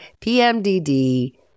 PMDD